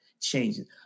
changes